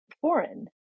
foreign